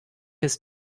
his